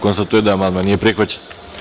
Konstatujem da amandman nije prihvaćen.